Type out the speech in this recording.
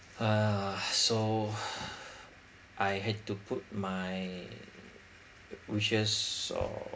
uh so I had to put my wishes or